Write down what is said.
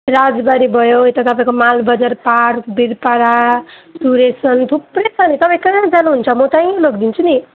राजबाडी भयो यता तपाईँको माल बजार पार्क बिरपाडा टुरेसन थुप्रै छ नि तपाईँ कहाँ जानुहुन्छ म त्यहीँ लगिदिन्छु नि